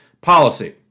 policy